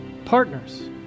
partners